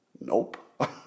Nope